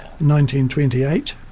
1928